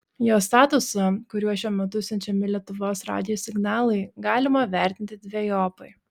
jo statusą kuriuo šiuo metu siunčiami lietuvos radijo signalai galima vertinti dvejopai